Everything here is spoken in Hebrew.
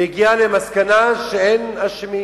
והגיעה למסקנה שאין אשמים.